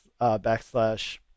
backslash